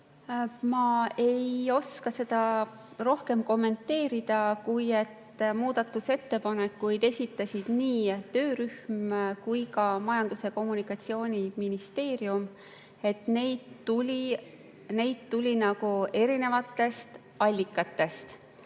Ma ei oska seda rohkem kommenteerida kui et muudatusettepanekuid esitasid nii töörühm kui ka Majandus- ja Kommunikatsiooniministeerium. Neid tuli nagu erinevatest allikatest.